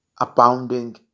abounding